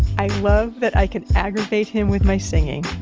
i love that i can aggravate him with my singing.